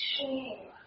Shame